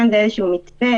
כאן זה איזשהו מתווה,